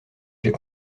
j’ai